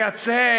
לייצא,